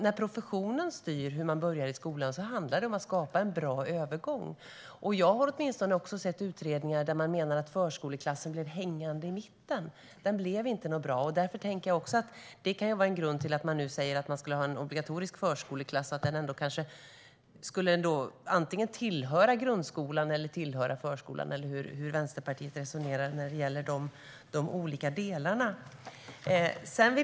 När professionen styr hur man börjar i skolan handlar det om att skapa en bra övergång. Jag har sett utredningar som menar att förskoleklassen blev hängande i mitten. Den blev inte bra. Det kan vara en grund till att man säger att man vill ha en obligatorisk förskoleklass, som antingen ska tillhöra grundskolan eller förskolan - eller hur Vänsterpartiet nu resonerar när det gäller detta.